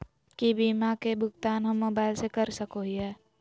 की बीमा के भुगतान हम मोबाइल से कर सको हियै?